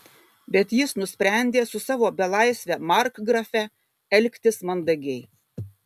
bet jis nusprendė su savo belaisve markgrafe elgtis mandagiai